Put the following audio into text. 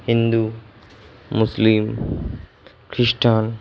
হিন্দু মুসলিম খ্রিস্টান